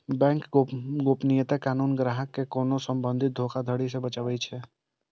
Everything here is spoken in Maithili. बैंक गोपनीयता कानून ग्राहक कें कोनो संभावित धोखाधड़ी सं बचाबै छै